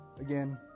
again